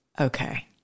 okay